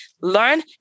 learn